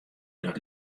dat